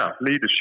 leadership